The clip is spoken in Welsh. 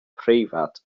preifat